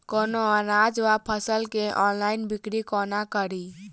कोनों अनाज वा फसल केँ ऑनलाइन बिक्री कोना कड़ी?